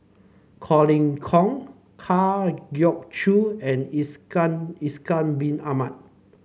Colin Kong Kwa Geok Choo and Ishak Ishak Bin Ahmad